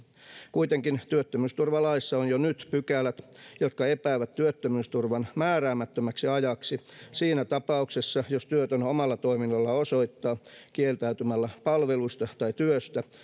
kuitenkin työttömyysturvalaissa on jo nyt pykälät jotka epäävät työttömyysturvan määräämättömäksi ajaksi siinä tapauksessa jos työtön omalla toiminnallaan kieltäytymällä palvelusta tai työstä osoittaa